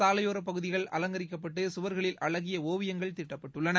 சாலையோரப் பகுதிகள் அலங்கரிக்கப்பட்டு சுவர்களில் அழகிய ஒவியங்கள் தீட்டப்படுகின்றன